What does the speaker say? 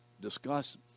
discuss